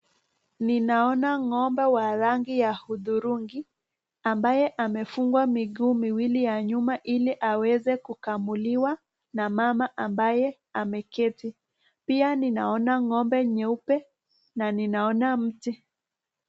Ninaona ngo'mbe wa rangi wa uturungi ambaye amefungwa miguu miwili ya nyuma hili aweze kukamuliwa na mama ambaye ameketi, pia ninaona ngo'mbe nyeupe na ninaona mti.